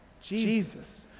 Jesus